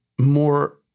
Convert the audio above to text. more